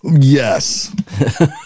Yes